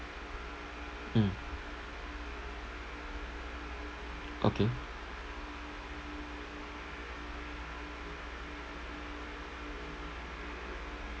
mm okay